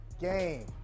game